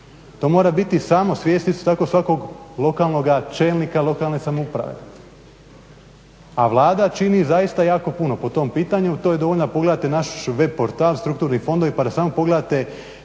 To mora biti samosvjesni su tako svakog čelnika lokalne samouprave. A Vlada čini zaista jako puno po tom pitanju. To je dovoljno da pogledate naš web portal, strukturni fondovi pa da samo pogledate